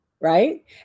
right